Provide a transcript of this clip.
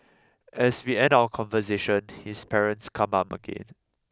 as we end our conversation his parents come up again